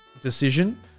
decision